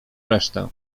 resztę